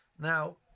Now